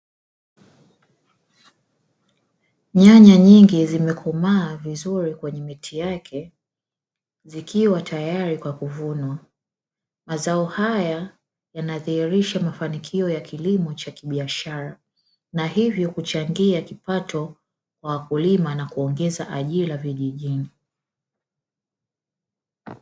Nyanya nyingi zimekomaa vizuri kwenye miti yake zikiwa tayari kwa kuvunwa mazao haya yanadhihirisha mafanikio ya kilimo cha kibiashara, na hivyo kuchangia kipato cha wakulima na kuongeza ajira vijijini.